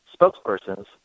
spokespersons